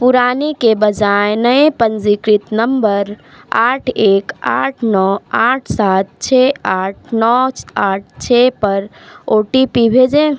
पुराने के बजाय नए पंजीकृत नंबर आठ एक आठ नौ आठ सात छः आठ नौ आठ छः पर ओ टी पी भेजें